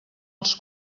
els